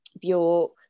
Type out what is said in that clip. Bjork